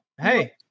hey